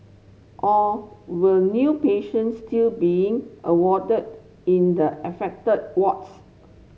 or were new patients still being warded in the affected wards